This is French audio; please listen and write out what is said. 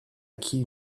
acquis